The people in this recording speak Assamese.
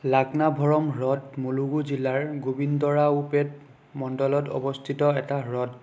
লাক্নাভৰম হ্ৰদ মুলুগু জিলাৰ গোবিন্দৰাওপেট মণ্ডলত অৱস্থিত এটা হ্ৰদ